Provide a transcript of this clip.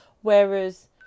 Whereas